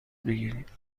بگیرید